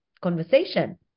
conversation